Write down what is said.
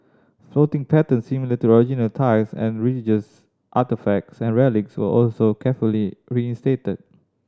flooring patterns similar to the original tiles and religious artefacts and relics were also carefully reinstated